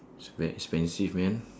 so expensive [man]